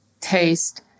taste